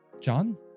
John